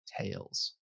tails